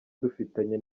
dufitanye